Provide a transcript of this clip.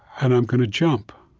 and i'm going to jump.